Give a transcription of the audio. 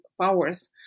powers